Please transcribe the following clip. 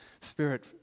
Spirit